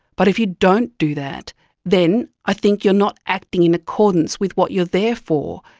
but if you don't do that then i think you are not acting in accordance with what you are there for.